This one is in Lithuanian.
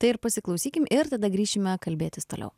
tai ir pasiklausykim ir tada grįšime kalbėtis toliau